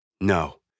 No